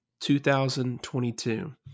2022